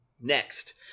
Next